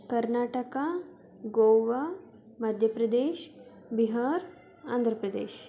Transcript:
Karnataka Goa Madhya Pradesh Bihar Andhra Pradesh